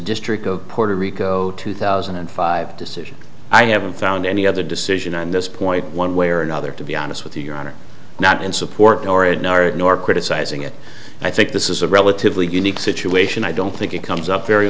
district of puerto rico two thousand five decision i haven't found any other decision on this point one way or another to be honest with you your honor not in support nor ignore it nor criticizing it i think this is a relatively unique situation i don't think it comes up very